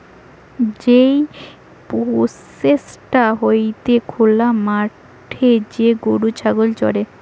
যেই প্রসেসটা হতিছে খোলা মাঠে যে গরু ছাগল চরে